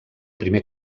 primer